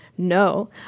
No